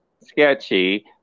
sketchy